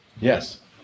yes